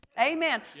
Amen